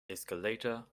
escalator